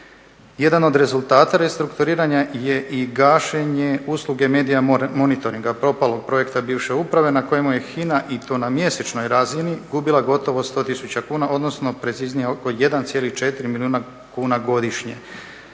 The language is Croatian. Jedan od rezultata restrukturiranja je i gašenje usluge media monitoringa propalog projekta bivše uprave na kojemu je HINA i to na mjesečnoj razini gubila gotovo 100 tisuća kuna odnosno preciznije oko 1,4 milijuna kuna godišnje.